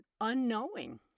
unknowing